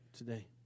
today